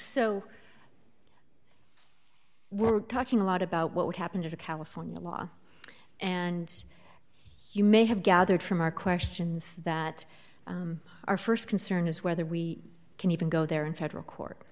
so we're talking a lot about what happened to the california law and you may have gathered from our questions that our st concern is whether we can even go there in federal court